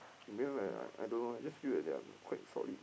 male leh I I don't know just feel that they're quite solid